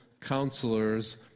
Counselors